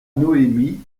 noémie